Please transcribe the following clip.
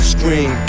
Scream